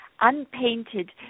unpainted